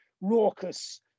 raucous